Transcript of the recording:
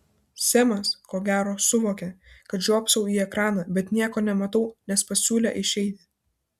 semas ko gero suvokė kad žiopsau į ekraną bet nieko nematau nes pasiūlė išeiti